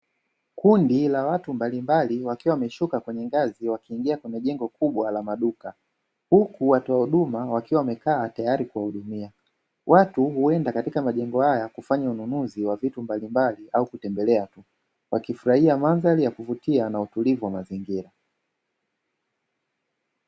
Kundi la watu mbalimbali wakiwa wameshuka kwenye ngazi wakiingia kwenye jengo kubwa la maduka. Huku watoa huduma wakiwa wamekaa tayari kuwahudumia. Watu huenda katika majengo haya kufanya ununuzi wa vitu mbalimbali au kutembelea wakifurahia mandhari ya kuvutia na utulivu wa mazingira.